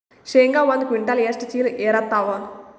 ಶೇಂಗಾ ಒಂದ ಕ್ವಿಂಟಾಲ್ ಎಷ್ಟ ಚೀಲ ಎರತ್ತಾವಾ?